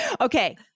Okay